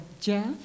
Jeff